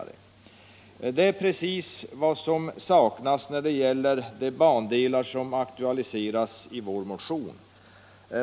Detta är emellertid precis vad som saknas när det gäller de bandelar som aktualiserats i vår motion.